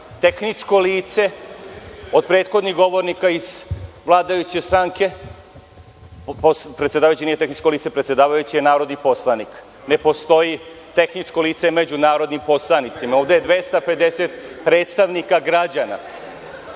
tehničko lice, od prethodnih govornika iz vladajuće stranke. Predsedavajući nije tehničko lice, predsedavajući je narodni poslanik. Ne postoji tehničko lice među narodnim poslanicima. Ovde je 250 predstavnika građana,